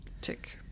Tick